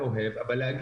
אין